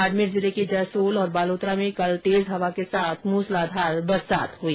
बाड़मेर जिले के जसोल और बालोतरा में कल तेज हवा के साथ मूसलाधार बरसात हुई